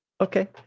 okay